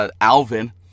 Alvin